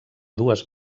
dues